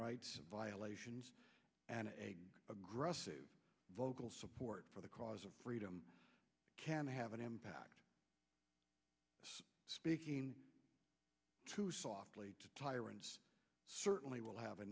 rights violations and aggressive vocal support for the cause of freedom can have an impact speaking too softly to tyrants certainly will have a